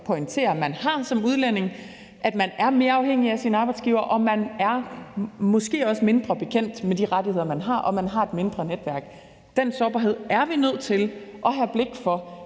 at man har som udlænding, altså at man er mere afhængig af sin arbejdsgiver, at man måske også er mindre bekendt med de rettigheder, man har, og at man har et mindre netværk, er vi nødt til at have blik for.